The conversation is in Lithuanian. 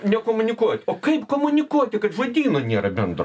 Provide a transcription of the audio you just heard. nekomunikuojat o kaip komunikuoti kad žodyno nėra bendro